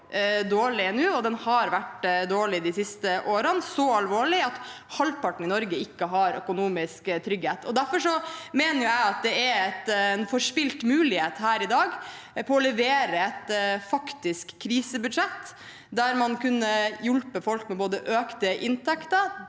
og den har vært dårlig de siste årene – så alvorlig er den at halvparten i Norge ikke har økonomisk trygghet. Derfor mener jeg at det er en forspilt mulighet her i dag for å levere et faktisk krisebudsjett der man kunne både hjulpet dem som får inntektene